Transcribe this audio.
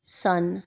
ਸੰਨ